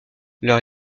leur